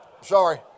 Sorry